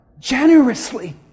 Generously